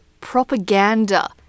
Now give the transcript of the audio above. propaganda